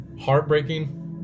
heartbreaking